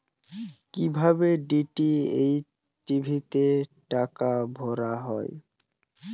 কি ভাবে DTH TV তে টাকা ভরা হয়?